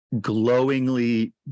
glowingly